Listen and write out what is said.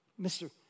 Mr